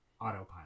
autopilot